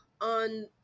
on